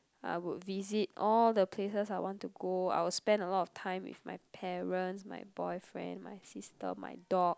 I would visit all the places I want to go I would spend a lot of time with my parents my boyfriend my sister my dog